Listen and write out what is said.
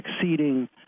exceeding